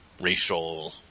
racial